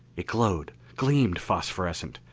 it glowed, gleamed phosphorescent,